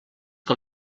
que